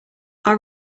our